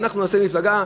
אנחנו נעשה מפלגה,